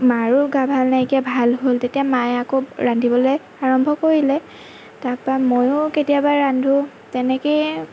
মাৰো গা ভাল নাইকিয়া ভাল হ'ল তেতিয়া মায়ে আকৌ ৰান্ধিবলৈ আৰম্ভ কৰিলে তাপা ময়ো কেতিয়াবা ৰান্ধো তেনেকেই